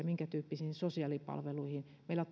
minkätyyppisiin sosiaalipalveluihin meillä